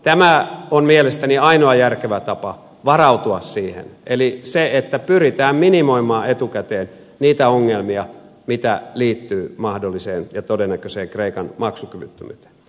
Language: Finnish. tämä on mielestäni ainoa järkevä tapa varautua siihen eli se että pyritään minimoimaan etukäteen niitä ongelmia mitä liittyy mahdolliseen ja todennäköiseen kreikan maksukyvyttömyyteen